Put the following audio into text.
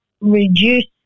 reduce